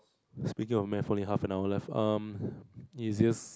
speaker for mad for an half an hour left um easiest